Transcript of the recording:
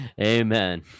Amen